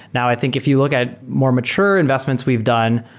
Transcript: now, i think if you look at more mature investments we've done,